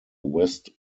west